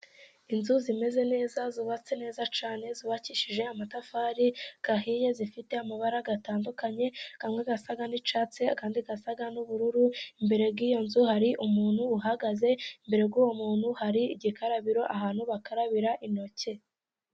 Inzu zimeze neza zubatse neza cyane . Zubakishije amatafari ahiye. Zifite amabara atandukanye. Amwe asa n'icyatsi, andi asa n'ubururu. Imbere y'iyo nzu hari umuntu uhagaze imbere. Kuri uwo muntu hari igikarabiro ,ahantu bakarabira intoki.